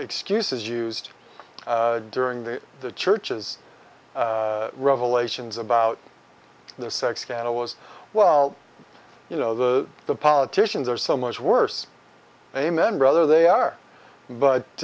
excuses used during the the church's revelations about the sex scandal was well you know the the politicians are so much worse amen brother they are